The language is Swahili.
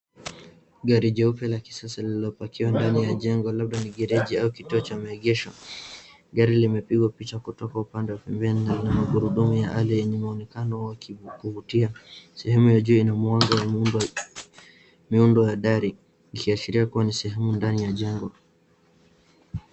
Gari jeupe la kisasa lililopakiwa ndani ya jengo labda ni gareji ama kituo cha maegesho, gari limepigwa picha kutoka upande wa pembeni na lina magurudumu ya aloi yenye mwonekano ya kuvutia, sehemu ya juu ina mwanga wa miundo ya dari ikiashiria kuwa ni sehemu ndani ya jengo.